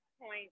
point